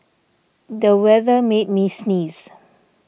the weather made me sneeze